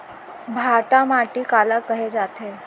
भांटा माटी काला कहे जाथे?